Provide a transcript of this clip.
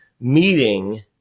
meeting